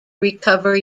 recover